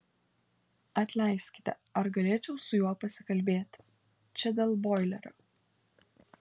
atleiskite ar galėčiau su juo pasikalbėti čia dėl boilerio